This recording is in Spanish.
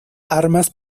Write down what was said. armas